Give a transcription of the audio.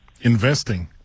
Investing